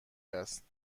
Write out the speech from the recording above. است